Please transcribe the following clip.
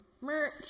merch